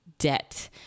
debt